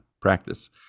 practice